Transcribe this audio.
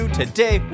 today